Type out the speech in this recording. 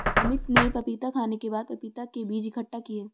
अमित ने पपीता खाने के बाद पपीता के बीज इकट्ठा किए